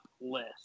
list